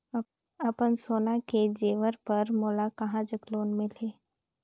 अपन सोना के जेवर पर मोला कहां जग लोन मिलही?